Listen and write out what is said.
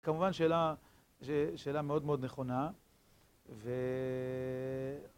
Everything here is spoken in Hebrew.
כמובן שאלה, שאלה מאוד מאוד נכונה ו...